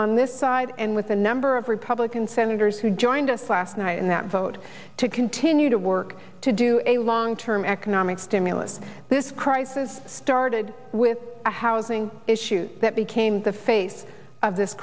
on this side and with a number of republican senators who joined us last night and that vote to continue to work to do a long term economic stimulus this crisis started with a housing issues that became the face of this